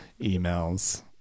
emails